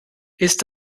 ist